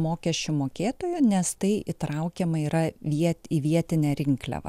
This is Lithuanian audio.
mokesčių mokėtoja nes tai įtraukiama yra viet į vietinę rinkliavą